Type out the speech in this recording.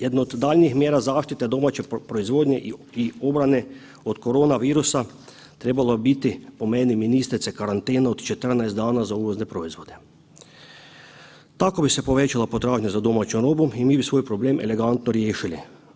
Jedna od daljnjih mjera zaštite domaće proizvodnje i obrane od korona virusa trebalo bi biti po meni ministrice karantena od 14 dana za uvozne proizvode, tako bi se povećala potražnja za domaćom robom i mi bi svoj problem elegantno riješili.